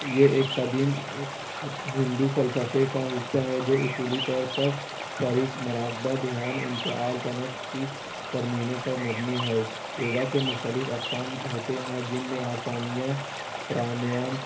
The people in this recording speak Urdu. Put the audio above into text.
یہ ایک قدیم ہندو فلسفے کا حِصّہ ہے جو اصولی طور پر شریک مراقبہ دھیان انفعال تنفس کی ترمینوں پر مبنی ہے یوگا کے مختلف اقسام ہوتے ہیں جن میں آسانیاں پرانیام